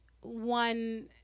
one